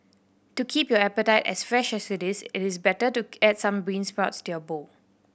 to keep your appetite as fresh as it is it is better to add some bean sprouts to your bowl